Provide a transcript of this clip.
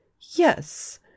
Yes